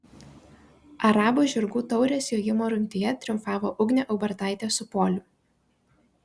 arabų žirgų taurės jojimo rungtyje triumfavo ugnė ubartaitė su poliu